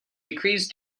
decrease